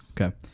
Okay